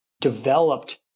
developed